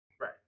Right